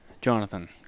Jonathan